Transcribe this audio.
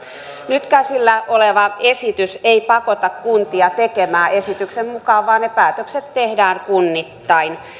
nyt käsillä oleva esitys ei pakota kuntia tekemään esityksen mukaan vaan ne päätökset tehdään kunnittain